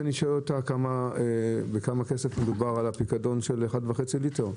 כשאני שואל אותה בכמה כסף מדובר על הפיקדון של 1.5 ליטר?